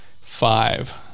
five